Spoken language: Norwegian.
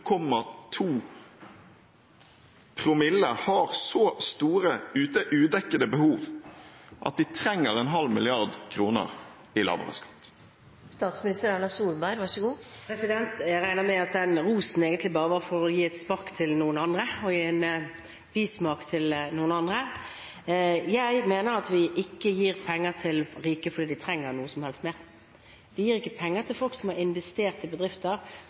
har så store, udekkede behov at de trenger 0,5 mrd. kr i lavere skatt? Jeg regner med at den rosen egentlig bare var for å gi et spark til noen og gi andre en bismak. Jeg mener at vi ikke gir penger til rike fordi de trenger noe som helst mer. Vi gir ikke penger til folk som har investert i bedrifter,